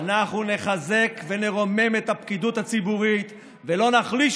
אנחנו נחזק ונרומם את הפקידות הציבורית ולא נחליש